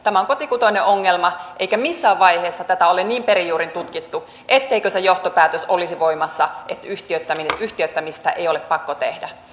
tämä on kotikutoinen ongelma eikä missään vaiheessa tätä ole niin perin juurin tutkittu etteikö se johtopäätös olisi voimassa että yhtiöittämistä ei ole pakko tehdä